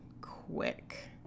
quick